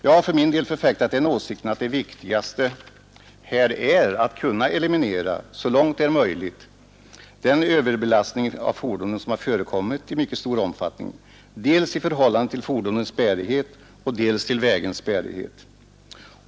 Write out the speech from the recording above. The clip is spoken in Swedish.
Jag har för min del förfäktat den åsikten att det viktigaste är att eliminera, så långt det är möjligt, den överbelastning av fordonen som har förekommit i mycket stor omfattning i förhållande dels till fordonens bärighet, dels till vägens bärighet.